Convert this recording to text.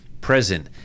present